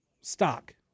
stock